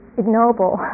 ignoble